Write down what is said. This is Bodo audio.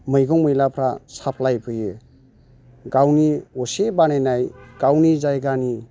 मैगं मैलाफ्रा साफ्लाइ फैयो गावनि असे बानायनाय गावनि जायगानि